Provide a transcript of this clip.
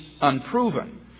unproven